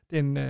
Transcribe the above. Den